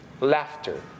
laughter